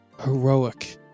Heroic